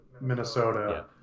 Minnesota